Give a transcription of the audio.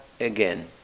again